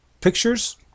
Pictures